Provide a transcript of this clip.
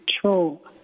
control